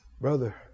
Brother